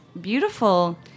beautiful